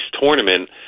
tournament